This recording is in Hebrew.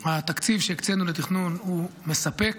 התקציב שהקצינו לתכנון הוא מספק.